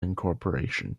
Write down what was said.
incorporation